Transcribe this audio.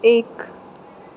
एक